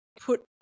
put